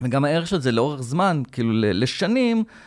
וגם הערך של זה לאורך זמן, כאילו ל-ל-לשנים,